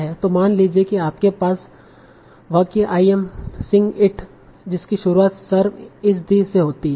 तो मान लीजिए कि आपके पास वाक्य 'आई एम सिंग इट' जिसकी शुरुआत 'सर्व एस द' से होती है